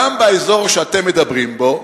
גם באזור שאתם מדברים פה,